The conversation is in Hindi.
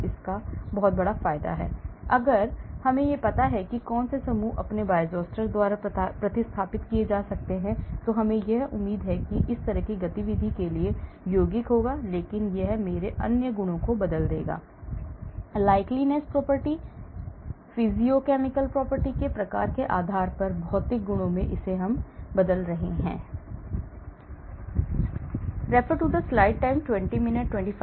तो इसका बहुत बड़ा फायदा है अगर मुझे पता है कि कौन से समूह अपने Bioisosteres द्वारा प्रतिस्थापित किए जा सकते हैं तो मुझे उम्मीद है कि इस तरह की गतिविधि के लिए यौगिक होगा लेकिन यह मेरे अन्य गुणों को बदल देगा likeness property physicochemical properties के प्रकार के आधार पर भौतिक गुण मैं इसे बदल रहा हूं